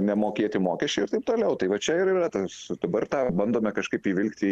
nemokėti mokesčiai ir taip toliau tai va čia ir yra tas dabar tą bandome kažkaip įvilkti